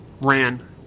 ran